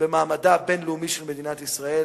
במעמדה הבין-לאומי של מדינת ישראל.